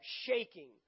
shaking